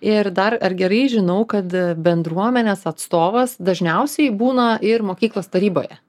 ir dar ar gerai žinau kad bendruomenės atstovas dažniausiai būna ir mokyklos taryboje